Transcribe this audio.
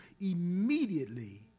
immediately